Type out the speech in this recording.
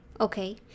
Okay